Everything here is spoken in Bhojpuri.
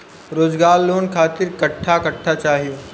रोजगार लोन खातिर कट्ठा कट्ठा चाहीं?